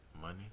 Money